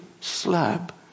slab